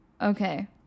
Okay